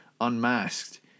unmasked